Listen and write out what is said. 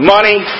Money